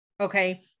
okay